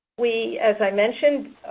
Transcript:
we, as i mentioned,